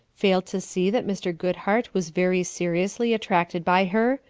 fail to see that mr. goodhart was very seriously attracted by her,